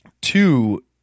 Two